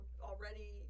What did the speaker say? already